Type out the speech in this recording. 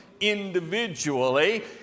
individually